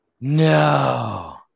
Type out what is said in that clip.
No